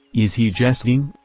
is he jesting?